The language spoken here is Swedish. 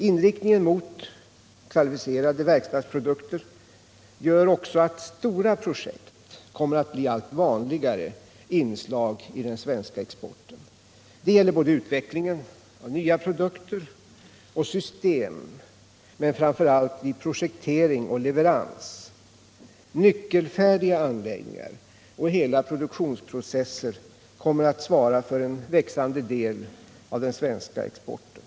Inriktningen mot kvalificerade verkstadsprodukter gör att stora projekt kommer att bli allt vanligare inslag i den svenska exporten. Detta gäller för utvecklingen av nya produkter och system, men framför allt vid projektering och leverans. Nyckelfärdiga anläggningar och hela produktionsprocesser kommer att svara för en växande del av den svenska exporten.